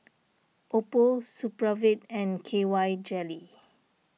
Oppo Supravit and K Y Jelly